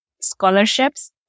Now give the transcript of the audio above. scholarships